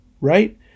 right